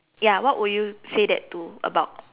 ya what would you say that to about